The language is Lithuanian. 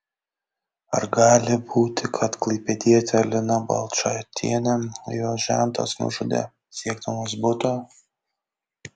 ar gali būti kad klaipėdietę liną balčaitienę jos žentas nužudė siekdamas buto